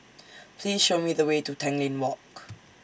Please Show Me The Way to Tanglin Walk